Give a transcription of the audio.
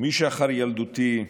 משחר ילדותי,